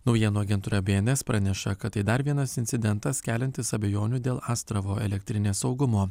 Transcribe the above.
naujienų agentūra bns praneša kad tai dar vienas incidentas keliantis abejonių dėl astravo elektrinės saugumo